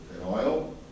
oil